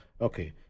Okay